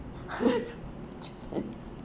japan